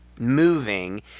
moving